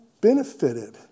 benefited